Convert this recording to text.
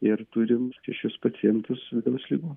ir turim šešis pacientus vidaus ligų